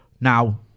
Now